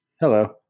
Hello